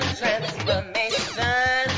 transformation